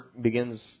begins